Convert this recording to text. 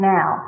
Now